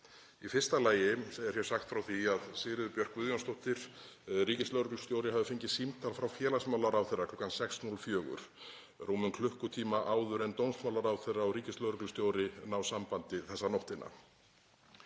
Í fyrsta lagi er hér sagt frá því að Sigríður Björk Guðjónsdóttir ríkislögreglustjóri hafi fengið símtal frá félagsmálaráðherra klukkan 06:04, rúmum klukkutíma áður en dómsmálaráðherra og ríkislögreglustjóri ná sambandi þessa nóttina.